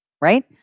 right